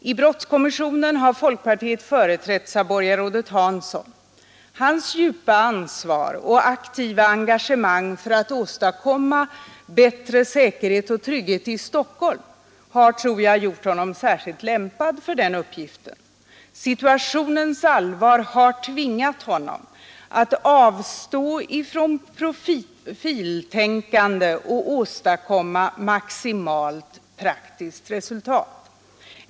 I brottskommissionen har folkpartiet företrätts av borgarrådet Hanson. Hans djupa ansvar och aktiva engagemang för att åstadkomma bättre säkerhet och trygghet i Stockholm tror jag har gjort honom särskilt lämpad för den uppgiften. Situationens allvar har tvingat honom att avstå från profiltänkande och åstadkomma maximalt praktiskt resultat.